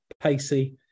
pacey